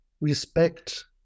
respect